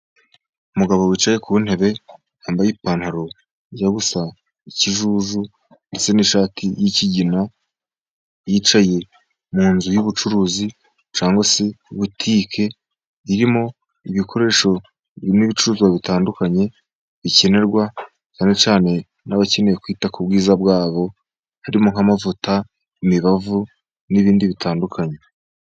Umugabo wicaye ku ntebe yambaye ipantaro ijya gusa n' ikijuju ndetse n'ishati y'ikigina, yicaye mu nzu y'ubucuruzi cyangwa se butike irimo ibikoresho birimo ibicuruzwa bitandukanye, bikenerwa cyane cyane n'abakeneye kwita ku bwiza bwabo harimo nk'amavuta, imibavu n'ibindi bitandukanye.